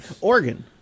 Oregon